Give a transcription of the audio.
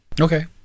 Okay